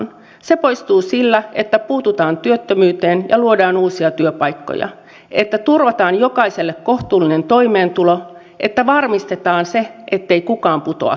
se poistuu sillä että puututaan työttömyyteen ja luodaan uusia työpaikkoja että turvataan jokaiselle kohtuullinen toimeentulo että varmistetaan se ettei kukaan putoa kelkasta